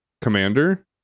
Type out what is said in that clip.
commander